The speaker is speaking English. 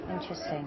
Interesting